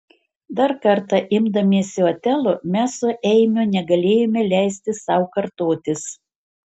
dar kartą imdamiesi otelo mes su eimiu negalėjome leisti sau kartotis